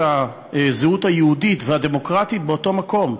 הזהות היהודית והדמוקרטית באותו מקום,